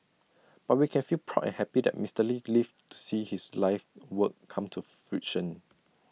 but we can feel proud and happy that Mister lee lived to see his life's work come to fruition